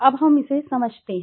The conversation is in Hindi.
अब हम इसे समझते हैं